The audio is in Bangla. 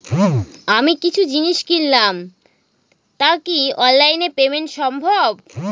আমি কিছু জিনিস কিনলাম টা কি অনলাইন এ পেমেন্ট সম্বভ?